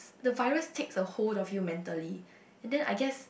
the virus takes the whole of you mentally and then I guess